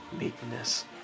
meekness